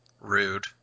Rude